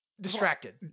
distracted